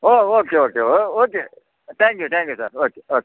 oh okay okay oh okay thank you thank you sir okay okay